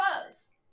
close